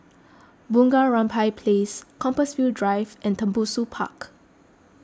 Bunga Rampai Place Compassvale Drive and Tembusu Park